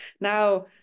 Now